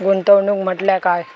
गुंतवणूक म्हटल्या काय?